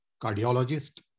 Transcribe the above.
cardiologist